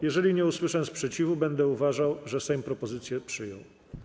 Jeżeli nie usłyszę sprzeciwu, będę uważał, że Sejm propozycję przyjął.